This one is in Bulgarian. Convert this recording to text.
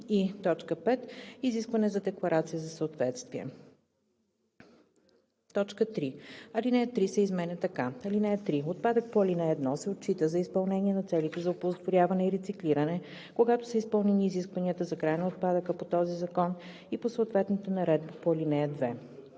и 5. изискване за декларация за съответствие.“ 3. Алинея 3 се изменя така: „(3) Отпадък по ал. 1 се отчита за изпълнение на целите за оползотворяване и рециклиране, когато са изпълнени изискванията за край на отпадъка по този закон и по съответната наредба по ал. 2.“